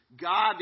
God